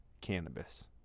cannabis